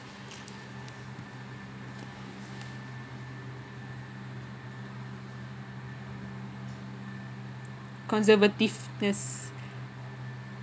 conservativeness